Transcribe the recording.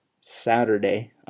Saturday